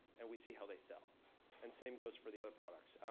and we see how they sell and same goes for the other products.